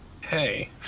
Hey